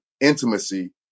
intimacy